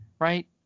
right